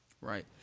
Right